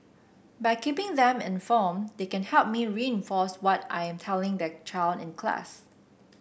by keeping them informed they can help me reinforce what I'm telling their child in class